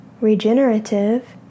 regenerative